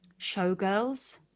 showgirls